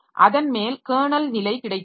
அதன் மேல் கெர்னல் நிலை கிடைத்துள்ளது